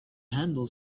handle